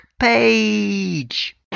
page